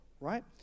right